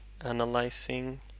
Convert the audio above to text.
analyzing